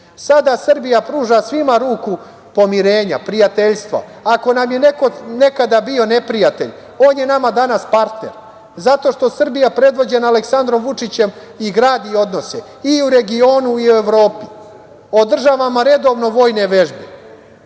Sada Srbija pruža svima ruku pomirenja, prijateljstva. Ako nam je neko nekada bio neprijatelj, on je nama danas partner zato što Srbija predvođena Aleksandrom Vučićem gradi odnose i u regionu i u Evropi. Održavamo redovno vojne vežbe,